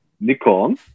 Nikon